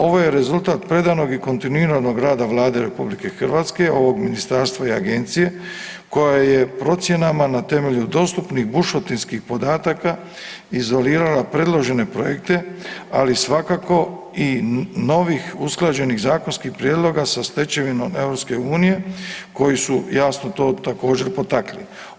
Ovo je rezultata predanog i kontinuiranog rada Vlade RH, ovog Ministarstva i Agencije, koja je procjenama na temelju dostupnih bušotinskih podataka izolirala predložene projekte, ali svakako i novih usklađenih zakonskih prijedloga sa stečevinom EU, koju su, jasno, to također, potakli.